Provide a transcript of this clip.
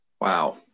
wow